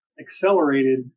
accelerated